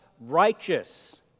righteous